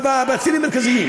בצירים מרכזיים.